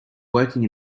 working